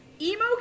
Emo